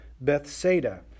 Bethsaida